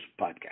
podcast